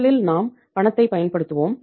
முதலில் நாம் பணத்தைப் பயன்படுத்துவோம்